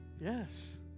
Yes